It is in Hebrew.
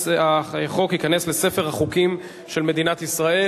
החוק ייכנס לספר החוקים של מדינת ישראל